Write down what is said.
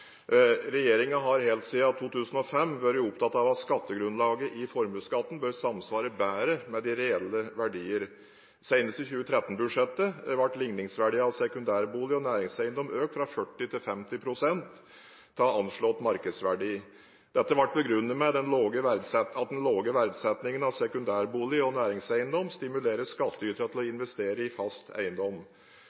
har helt siden 2005 vært opptatt av at skattegrunnlaget i formuesskatten bør samsvare bedre med reelle verdier. Senest i 2013-budsjettet ble ligningsverdiene av sekundærbolig og næringseiendom økt fra 40 pst. til 50 pst. av anslått markedsverdi. Dette ble begrunnet med at den lave verdsettingen av sekundærbolig og næringseiendom stimulerer skattyterne til å investere i fast eiendom.